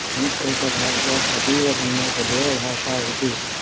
संस्कृतभाषा अतीव सम्यग् देवभाषा इति